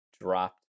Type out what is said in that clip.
dropped